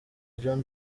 john